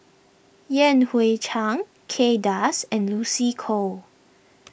Yan Hui Chang Kay Das and Lucy Koh